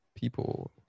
people